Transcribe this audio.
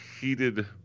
heated